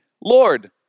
Lord